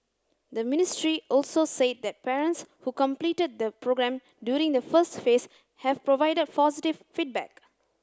the ministry also said that parents who completed the programme during the first phase have provided positive feedback